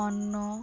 অন্য